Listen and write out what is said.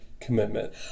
commitment